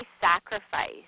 sacrifice